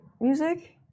music